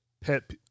pet